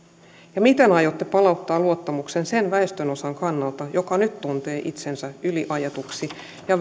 ja miten aiotte palauttaa luottamuksen sen väestönosan kannalta joka nyt tuntee itsensä yliajetuksi ja